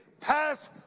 pass